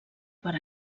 per